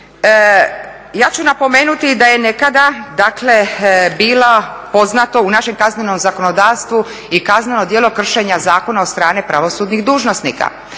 Ja ću napomenuti da je nekada dakle bilo poznato u našem kaznenom zakonodavstvu i kazneno djelo kršenja zakona od strane pravosudnih dužnosnika.